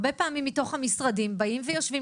הרבה פעמים מתוך המשרדים באים ויושבים